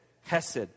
hesed